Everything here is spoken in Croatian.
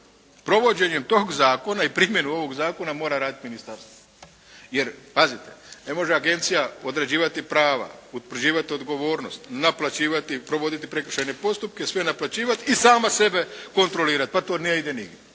provođenjem tog zakona i primjenu ovog zakona mora raditi ministarstvo. Jer pazite, ne može agencija određivati prava, utvrđivati odgovornost, naplaćivati i provoditi prekršajne postupke, sve naplaćivati i sama sebe kontrolirati, pa to ne ide nigdje.